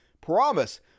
Promise